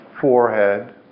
forehead